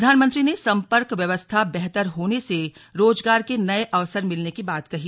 प्रधानमंत्री ने संपर्क व्यवस्था बेहतर होने से रोजगार के नये अवसर मिलने की बात कही